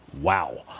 Wow